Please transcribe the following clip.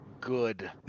Good